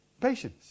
Patience